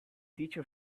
teacher